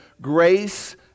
grace